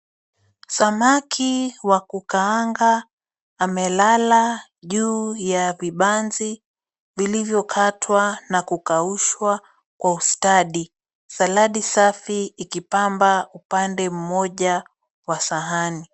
Samaki wa kukaanga amelala ju ya vibanzi vilivyokatwa na kukaushwa kwa ustadi. Saladi safi ikipamba upande mmoja wa sahani.